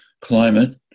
climate